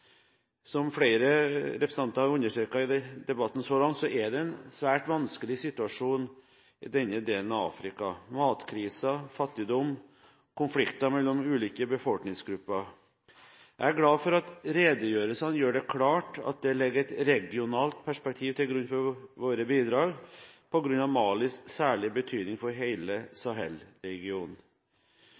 Som flere representanter har understreket i debatten så langt, er det en svært vanskelig situasjon i denne delen av Afrika, med matkriser, fattigdom og konflikter mellom ulike befolkningsgrupper. Jeg er glad for at redegjørelsene gjør det klart at det ligger et regionalt perspektiv til grunn for våre bidrag, på grunn av Malis særlige betydning for